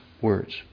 words